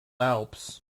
alps